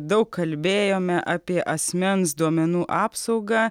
daug kalbėjome apie asmens duomenų apsaugą